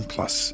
Plus